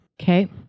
Okay